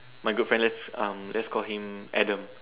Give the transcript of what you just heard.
my good friend let's um let's call him Adam